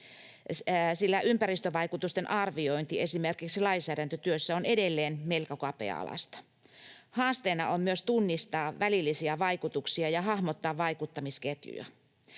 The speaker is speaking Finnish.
sillä ympäristövaikutusten arviointi esimerkiksi lainsäädäntötyössä on edelleen melko kapea-alaista. Haasteena on myös tunnistaa välillisiä vaikutuksia ja hahmottaa vaikuttamisketjuja.